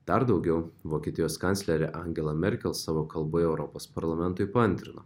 dar daugiau vokietijos kanclerė angela merkel savo kalboje europos parlamentui paantrino